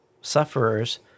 sufferers